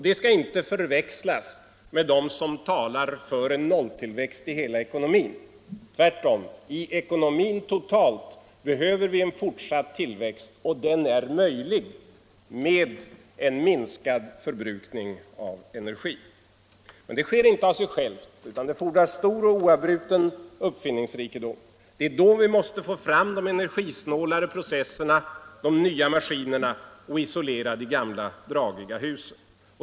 Det skall inte förväxlas med talet om en nolltillväxt i hela ekonomin. Tvärtom: i ekonomin totalt behöver vi en fortsatt tillväxt, och den är möjlig med en minskad förbrukning av energi. Med det sker inte av sig självt, utan det fordras stor och oavbruten uppfinningsrikedom. Det är då vi måste få fram de energisnålare processerna, de nya maskinerna och isolera gamla, dragiga hus.